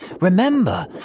remember